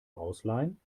ausleihen